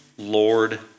Lord